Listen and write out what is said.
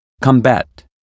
combat